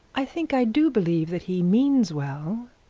i think i do believe that he means well